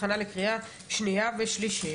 הכנה לקריאה שנייה ושלישית.